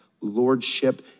lordship